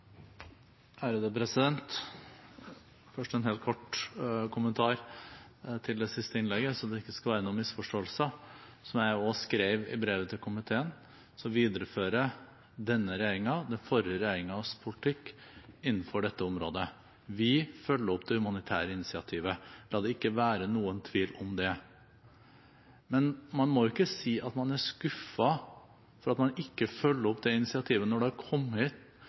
Først en helt kort kommentar til det siste innlegget, så det ikke skal være noen misforståelser: Som jeg også skrev i brevet til komiteen, viderefører denne regjeringen den forrige regjeringens politikk innenfor dette området. Vi følger opp det humanitære initiativet – la det ikke være noen tvil om det. Men man må ikke si at man er skuffet over at man ikke følger opp det initiativet når det har kommet